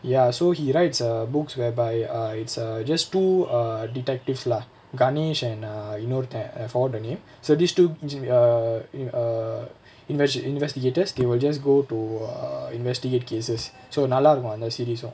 ya so he writes uh books whereby it's err just two uh detective lah ganesh and err இன்னொருத்த:innorutha uh I forgot the name so these two err in err inversti~ investigators they will just go to investigate cases so நல்லா இருக்கு அந்த:nallaa irukku antha series uh